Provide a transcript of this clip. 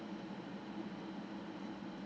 mm